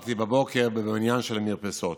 התפללתי בבוקר במניין של מרפסות,